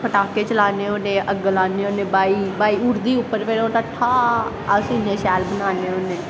पटाके चलाने होन्ने अग्ग लान्ने होन्ने बाई हबाई उड्डदी उप्पर फिर ठाह् अस इन्ने शैल बनान्ने होन्ने